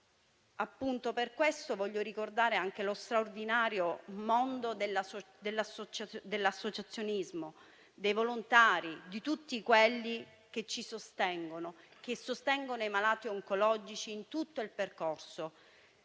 per questo voglio ricordare anche lo straordinario mondo dell'associazionismo, dei volontari e di tutti quelli che ci sostengono, che sostengono i malati oncologici in tutto il percorso